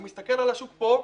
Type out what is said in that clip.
הוא מסתכל על השוק פה,